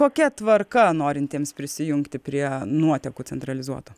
kokia tvarka norintiems prisijungti prie nuotekų centralizuotų